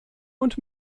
und